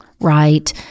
right